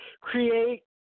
create